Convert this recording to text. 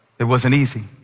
it wasn't easy.